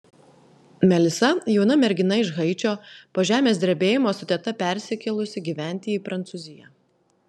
melisa jauna mergina iš haičio po žemės drebėjimo su teta persikėlusi gyventi į prancūziją